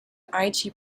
aichi